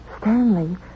Stanley